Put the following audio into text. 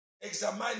Examine